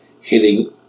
hitting